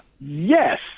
yes